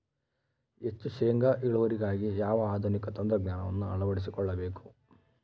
ಹೆಚ್ಚು ಶೇಂಗಾ ಇಳುವರಿಗಾಗಿ ಯಾವ ಆಧುನಿಕ ತಂತ್ರಜ್ಞಾನವನ್ನು ಅಳವಡಿಸಿಕೊಳ್ಳಬೇಕು?